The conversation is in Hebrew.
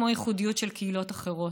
כמו הייחודיות של קהילות אחרות.